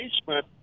basement